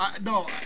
No